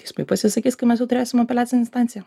teismai pasisakys kai mes jau turėsim apeliacinę instanciją